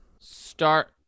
start